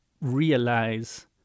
realize